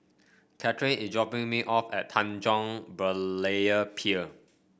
Cathryn is dropping me off at Tanjong Berlayer Pier